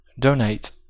donate